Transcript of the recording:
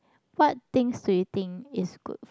what things do you think is good